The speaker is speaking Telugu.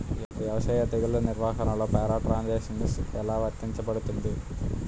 వ్యవసాయ తెగుళ్ల నిర్వహణలో పారాట్రాన్స్జెనిసిస్ఎ లా వర్తించబడుతుంది?